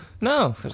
No